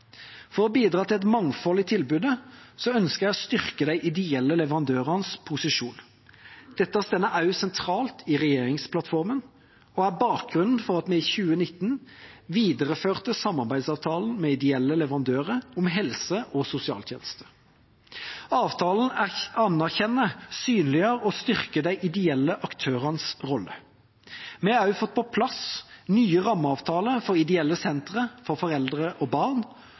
For å bidra til et mangfold i tilbudet ønsker jeg å styrke de ideelle leverandørenes posisjon. Dette står også sentralt i regjeringsplattformen og er bakgrunnen for at vi i 2019 videreførte samarbeidsavtalen med ideelle leverandører om helse- og sosialtjenester. Avtalen anerkjenner, synliggjør og styrker de ideelle aktørenes rolle. Vi har også fått på plass nye rammeavtaler for ideelle sentre for foreldre og barn,